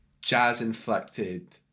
jazz-inflected